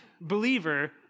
believer